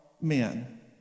men